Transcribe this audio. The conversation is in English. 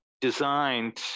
designed